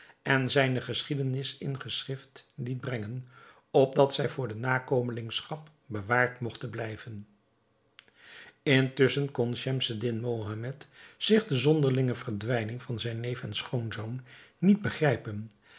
en zijne geschiedenis in geschrift liet brengen opdat zij voor de nakomelingschap bewaard mogte blijven intusschen kon schemseddin mohammed zich de zonderlinge verdwijning van zijn neef en schoonzoon niet begrijpen